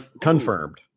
Confirmed